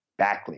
backlinks